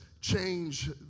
change